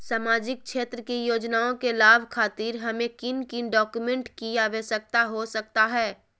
सामाजिक क्षेत्र की योजनाओं के लाभ खातिर हमें किन किन डॉक्यूमेंट की आवश्यकता हो सकता है?